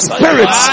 Spirit